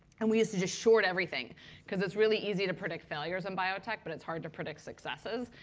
and we used to just short everything because it's really easy to predict failures in biotech, but it's hard to predict successes.